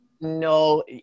no